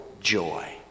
joy